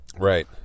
Right